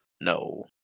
No